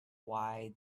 why